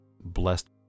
blessed